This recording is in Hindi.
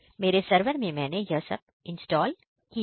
मेरे सरवर में मैंने यह सब इंस्टॉल किया है